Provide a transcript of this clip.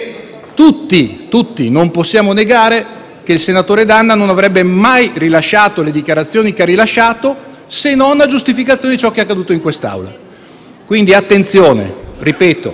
perché tutti non possiamo negare che il senatore D'Anna non avrebbe mai rilasciato le dichiarazioni che ha rilasciato se non a giustificazione di ciò che è accaduto in quest'Aula. Quindi, attenzione. Ripeto